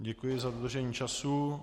Děkuji za dodržení času.